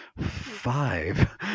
five